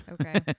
Okay